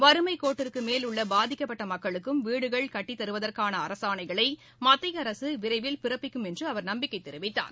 வறுமை கோட்டிற்கு மேல் உள்ள பாதிக்கப்பட்ட மக்களுக்கும் வீடுகள் கட்டித்தருவதற்கான அரசாணைகளை மத்திய அரசு விரைவில் பிறப்பிக்கும் என்றும் அவர் நம்பிக்கை தெரிவித்தார்